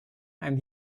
and